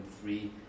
three